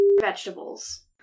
vegetables